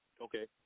Okay